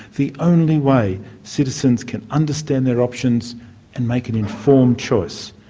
the only way citizens can understand their options and make an informed choice.